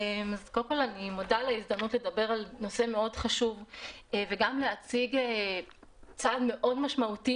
אני מודה על ההזדמנות לדבר על נושא מאוד חשוב וגם להציג צעד מאוד משמעותי